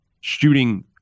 shooting